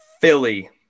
Philly